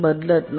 बदलत नाही